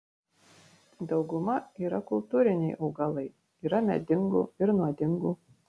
dauguma yra kultūriniai augalai yra medingų ir nuodingų